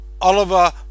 Oliver